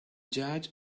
judge